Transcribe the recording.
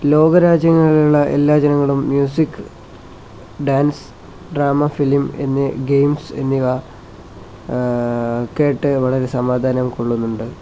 ലോക രാജ്യങ്ങളുള്ള എല്ലാ ജനങ്ങളും മ്യൂസിക് ഡാൻസ് ഡ്രാമ ഫിലിം എന്നീ ഗെയിംസ് എന്നിവ കേട്ട് വളരെ സമാധാനം കൊള്ളുന്നുണ്ട്